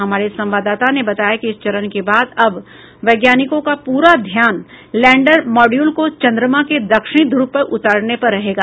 हमारे संवाददाता ने बताया है कि इस चरण के बाद अब वैज्ञानिकों का प्ररा ध्यान लैण्डर मॉड्यूल को चन्द्रमा के दक्षिणी ध्र्व पर उतारने पर रहेगा